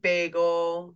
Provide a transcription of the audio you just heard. Bagel